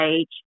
age